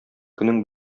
көнең